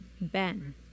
Ben